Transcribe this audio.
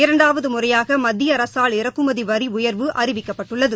இரண்டாவது முறையாக மத்திய அரசால் இறக்குமதி வரி உயர்வு அறிவிக்கப்பட்டுள்ளது